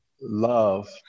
love